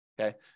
Okay